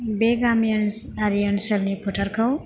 बे गामियारि ओनसोलनि फोथारखौ